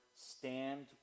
Stand